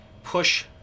push